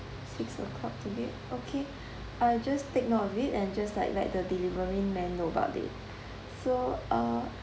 six o'clock today okay I'll just take note of it and just like let the delivery man know about it so uh